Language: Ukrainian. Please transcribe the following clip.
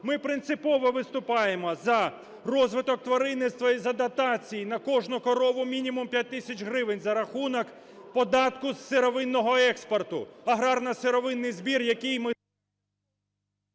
Ми принципово виступаємо за розвиток тваринництва і за дотації на кожну корову мінімум 5 тисяч гривень за рахунок податку з сировинного експорту. Аграрно-сировинний збір, який ми....